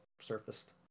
surfaced